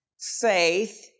faith